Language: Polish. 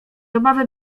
obawy